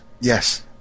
yes